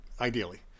ideally